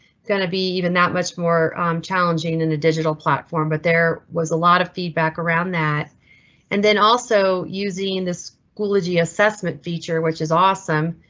going to be even that much more um challenging in a digital platform, but there was a lot of feedback around that and then also using the schoology assessment feature, which is awesome.